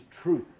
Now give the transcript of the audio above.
truth